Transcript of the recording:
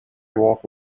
walk